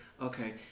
okay